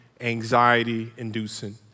anxiety-inducing